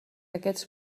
aquests